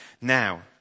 Now